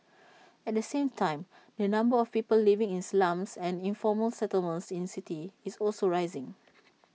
at the same time the number of people living in slums and informal settlements in cities is also rising